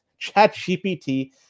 ChatGPT